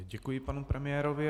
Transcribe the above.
Děkuji panu premiérovi.